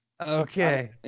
Okay